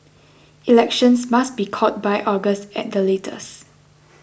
elections must be called by August at the latest